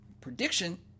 prediction